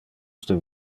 plus